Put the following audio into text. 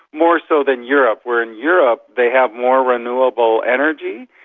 more so than europe where in europe they have more renewable energy,